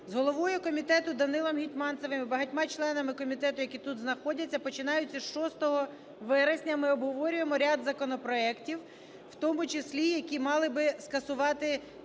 З головою комітету Данилом Гетманцевим і багатьма членами комітету, які тут знаходяться, починаючи з 6 вересня, ми обговорюємо ряд законопроектів, у тому числі які мали би скасувати